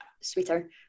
sweeter